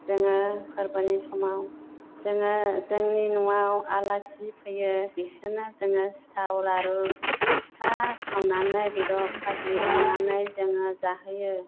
जोङो फोरबोनि समाव जोङो जोंनि नआव आलासि फैयो बिसोरनो जोङो सिथाव लारु फिथा सावनानै बेदर खाजि एवनानै जोङो जाहोयो